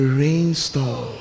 rainstorm